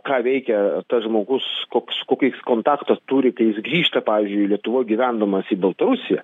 ką veikia tas žmogus koks kokį jis kontaktą turi kai jis grįžta pavyzdžiui lietuvoj gyvendamas į baltarusiją